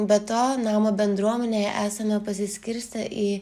be to namo bendruomenėje esame pasiskirstę į